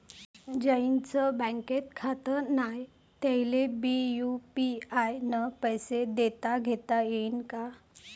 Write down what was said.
ज्याईचं बँकेत खातं नाय त्याईले बी यू.पी.आय न पैसे देताघेता येईन काय?